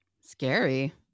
Scary